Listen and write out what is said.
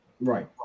Right